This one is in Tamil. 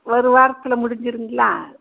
ஒரு வாரத்தில் முடிஞ்சுருங்களா